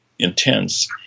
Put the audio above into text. Intense